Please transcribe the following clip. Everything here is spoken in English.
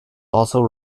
also